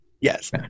Yes